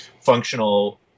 functional